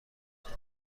ژاکت